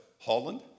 Holland